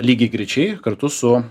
lygiagrečiai kartu su